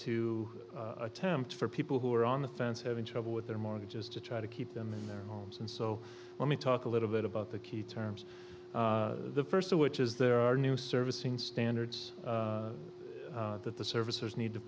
to attempt for people who are on the fence having trouble with their mortgages to try to keep them in their homes and so let me talk a little bit about the key terms the first of which is there are new servicing standards that the servicers need to